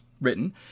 written